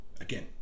Again